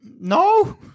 No